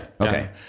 Okay